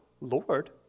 Lord